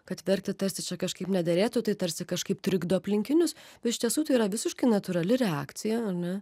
kad verti tarsi čia kažkaip nederėtų tai tarsi kažkaip trikdo aplinkinius iš tiesų tai yra visiškai natūrali reakcija ar ne